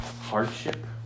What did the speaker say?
Hardship